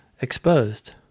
exposed